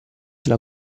alla